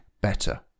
better